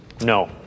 No